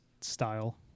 style